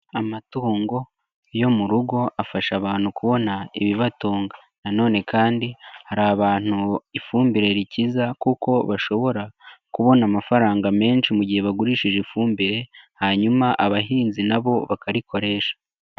Amatungo yo mu rugo afasha abantu kubona ibibatunga nanone kandi hari abantu ifumbire rikiza kuko bashobora kubona amafaranga menshi mu gihe bagurishije ifumbire hanyuma abahinzi na bo bakarikoresha.